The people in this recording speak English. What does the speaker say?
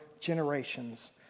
generation's